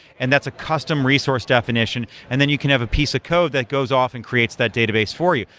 and that's a custom resource definition, and then you can have a piece of code that goes off and creates that database for you.